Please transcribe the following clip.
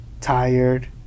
tired